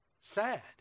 sad